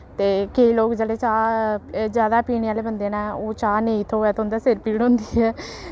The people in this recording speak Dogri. ते केई लोक जेल्लै चाह् जैदा पीने आह्ले बंदे न ओह् चाह् नेईं थ्होऐ ते उं'दे सिर पीड़ होंदी ऐ